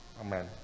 Amen